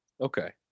Okay